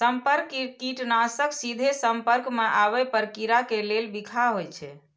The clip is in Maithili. संपर्क कीटनाशक सीधे संपर्क मे आबै पर कीड़ा के लेल बिखाह होइ छै